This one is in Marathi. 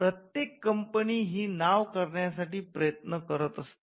प्रत्येक कंपनी ही नाव करण्या साठी प्रयत्न करत असते